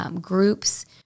groups